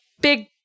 big